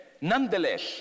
nonetheless